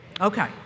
Okay